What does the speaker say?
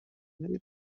ایران